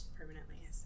permanently